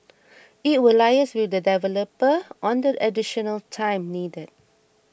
it will liaise with the developer on the additional time needed